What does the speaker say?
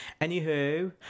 Anywho